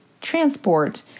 transport